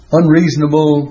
unreasonable